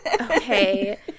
okay